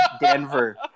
Denver